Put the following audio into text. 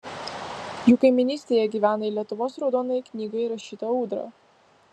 jų kaimynystėje gyvena į lietuvos raudonąją knygą įrašyta ūdra